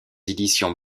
éditions